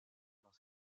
dans